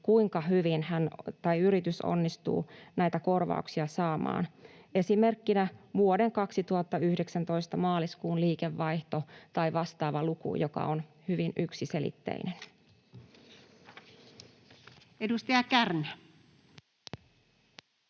kuinka hyvin yritys onnistuu näitä korvauksia saamaan, esimerkkinä vuoden 2019 maaliskuun liikevaihto tai vastaava luku, joka on hyvin yksiselitteinen. [Speech 17]